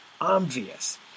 obvious